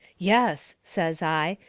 yes, says i,